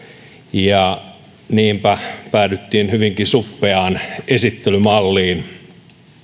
ja niinpä päädyttiin hyvinkin suppeaan esittelymalliin